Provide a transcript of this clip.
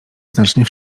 znacznie